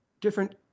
different